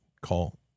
Call